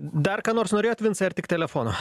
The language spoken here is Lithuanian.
dar ką nors norėjot vincai ar tik telefono